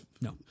no